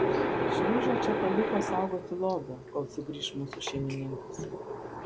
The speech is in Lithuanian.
šliužą čia paliko saugoti lobio kol sugrįš mūsų šeimininkas